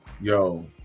yo